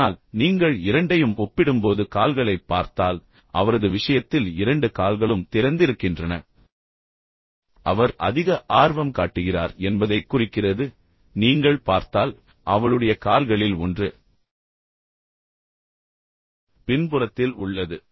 ஆனால் நீங்கள் இரண்டையும் ஒப்பிடும்போது கால்களைப் பார்த்தால் அவரது விஷயத்தில் இரண்டு கால்களும் திறந்திருக்கின்றன அவர் அதிக ஆர்வம் காட்டுகிறார் என்பதைக் குறிக்கிறது நீங்கள் பார்த்தால் அவளுடைய கால்களில் ஒன்று பின்புறத்தில் உள்ளது